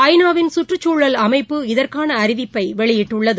ஐநா வின் சுற்றுசூழல் அமைப்பு இதற்கானஅறிவிப்பபைவெளியிட்டுள்ளது